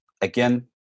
Again